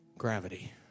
gravity